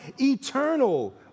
eternal